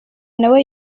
nawe